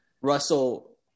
Russell